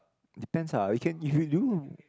depends ah you can